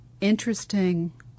interesting